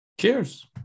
Cheers